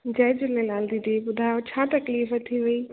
जय झूलेलाल दीदी ॿुधायो छा तकलीफ़ थी वई